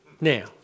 Now